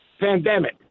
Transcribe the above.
pandemic